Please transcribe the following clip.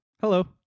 Hello